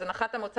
אז הנחת המוצא,